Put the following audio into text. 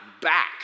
back